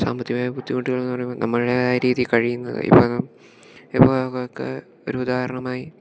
സാമ്പത്തികമായ ബുദ്ധിമുട്ടുകളെന്ന് പറയുമ്പോൾ നമ്മൾടേതായ രീതി കഴിയുന്നത് ഇപ്പോൾ ഇപ്പോഴൊക്കെ ഒരുദാഹരണമായി